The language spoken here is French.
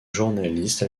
journaliste